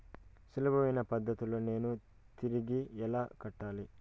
సులభమైన పద్ధతిలో లోను తిరిగి ఎలా కట్టాలి